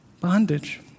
bondage